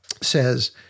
says